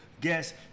guest